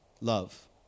love